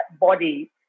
body